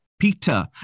Peter